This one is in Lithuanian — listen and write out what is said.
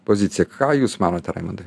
pozicija ką jūs manote raimundai